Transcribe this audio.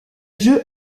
jeu